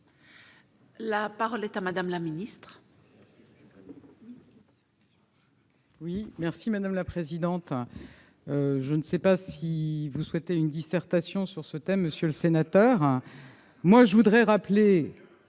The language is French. La parole est à Mme la ministre.